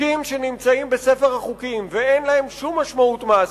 חוקים שנמצאים בספר החוקים ואין להם שום משמעות מעשית,